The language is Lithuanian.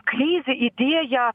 kreizi idėja